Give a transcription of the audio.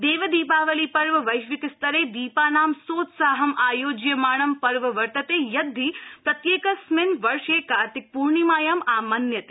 देव दीपावली पर्व वैश्विक स्तरे दीपानां सोत्साहं आयोज्यमाणं पर्व वर्तते यद्धि प्रत्येकस्मिन् वर्षे कार्तिक पूर्णिमायां आमान्यते